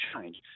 change